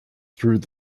through